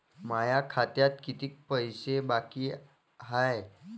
माया खात्यात कितीक पैसे बाकी हाय?